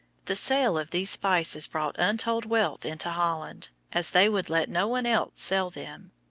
the sale of these spices brought untold wealth into holland, as they would let no one else sell them.